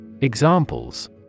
Examples